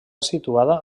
situada